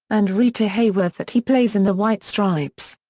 and rita hayworth that he plays in the white stripes.